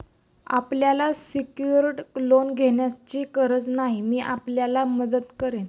आपल्याला secured loan घेण्याची गरज नाही, मी आपल्याला मदत करेन